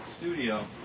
studio